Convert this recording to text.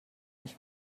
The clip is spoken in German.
nicht